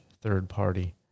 third-party